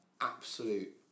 absolute